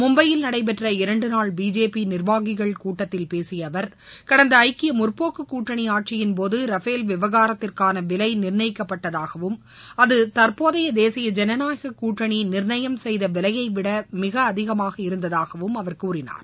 மும்பையில் நடைபெற்ற இரண்டு நாள் பிஜேபி நிர்வாகிகள் கூட்டத்தில் பேசிய அவர் கடந்த ஐக்கிய முற்போக்கு கூட்டணி ஆட்சியின்போது ரஃபேல் விவகாரத்திற்கான விலை நிர்ணயிக்கப்பட்டதாகவும் அது தற்போதைய தேசிய ஜனநாயகக்கூட்டணி நிர்ணயம் செய்த விலையைவிட மிக அதிகமாக இருந்ததாகவும் அவர் கூறினார்